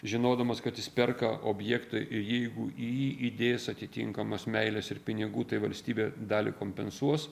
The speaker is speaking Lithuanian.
žinodamas kad jis perka objektą ir jeigu į jį įdės atitinkamos meilės ir pinigų tai valstybė dalį kompensuos